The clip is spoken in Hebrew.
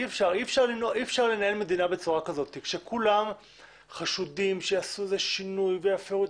אי אפשר לנהל מדינה בצורה כזאת כשכולם חשודים שיעשו איזה שינוי ויפרו.